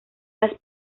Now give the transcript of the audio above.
las